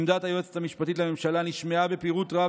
עמדת היועצת המשפטית לממשלה נשמעה בפירוט רב